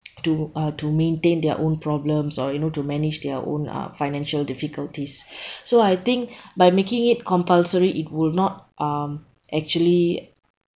to uh to maintain their own problems or you know to manage their uh own financial difficulties so I think by making it compulsory it will not um actually